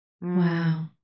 wow